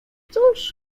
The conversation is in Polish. cóż